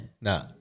No